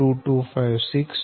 2256 છે